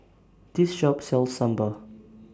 This Shop sells Sambar